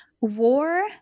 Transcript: war